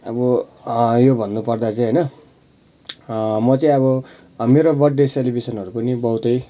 अब यो भन्नुपर्दा चाहिँ होइन म चाहिँ अब मेरो बर्थडे सेलिब्रेसन बहुतै